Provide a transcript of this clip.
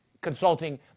consulting